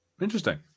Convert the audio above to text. Interesting